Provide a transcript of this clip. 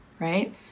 right